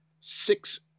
six